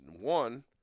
one